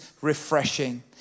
refreshing